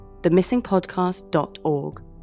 themissingpodcast.org